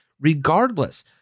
regardless